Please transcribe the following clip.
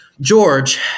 George